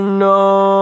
no